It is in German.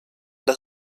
das